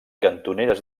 cantoneres